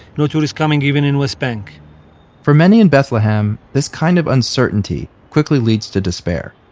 no tourist coming even in west bank for many in bethlehem, this kind of uncertainty quickly leads to despair.